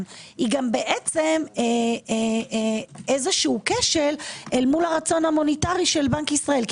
אלא כשל מול הרצון המוניטרי של בנק ישראל.